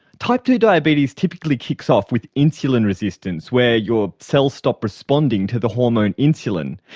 type ii diabetes typically kicks off with insulin resistance, where your cells stop responding to the hormone insulin.